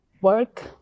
work